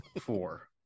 Four